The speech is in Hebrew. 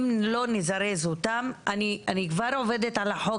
אם לא נזרז אותם אני כבר עובדת על החוק